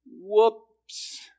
Whoops